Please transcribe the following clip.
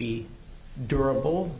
be durable